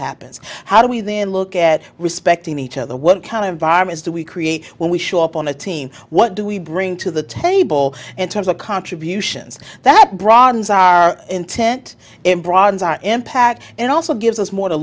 happens how do we then look at respecting each other what kind of environments do we create when we show up on a team what do we bring to the table in terms of contributions that broadens our intent and broader impact and also gives us more to